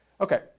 Okay